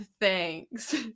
thanks